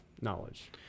knowledge